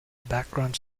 background